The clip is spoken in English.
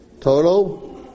Total